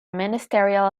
ministerial